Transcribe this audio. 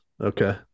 Okay